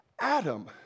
Adam